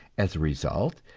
as a result,